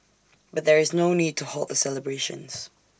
but there is no need to halt the celebrations